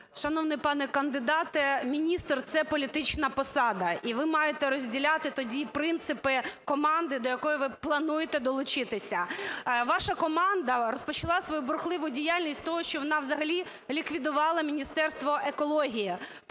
Шановний пане кандидате, міністр – це політична посада. І ви маєте розділяти тоді принципи команди, до якої ви плануєте долучитися. Ваша команда розпочала свою бурхливу діяльність з того, що вона взагалі ліквідувала Міністерство екології,